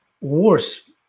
worse